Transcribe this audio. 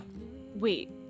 Wait